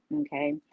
okay